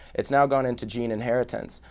it's now gone into gene inheritance.